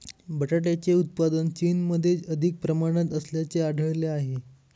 बटाट्याचे उत्पादन चीनमध्ये अधिक प्रमाणात असल्याचे आढळले आहे